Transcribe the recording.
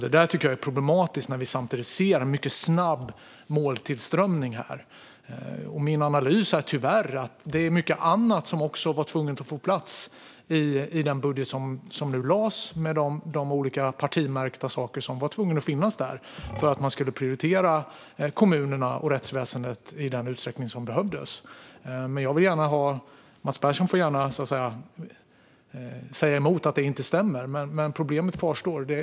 Det tycker jag är problematiskt när vi samtidigt ser en mycket snabb måltillströmning. Min analys är tyvärr att det var mycket annat som tvunget skulle få plats i den budget som nu lagts fram. Det var för många olika partimärkta saker som tvunget skulle finnas med för att man skulle prioritera kommunerna och rättsväsendet i den utsträckning som behövdes. Mats Persson får gärna säga emot och säga att det inte stämmer, men problemet kvarstår.